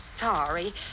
sorry